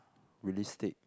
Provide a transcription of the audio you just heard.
realistic